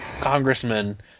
congressman